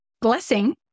blessing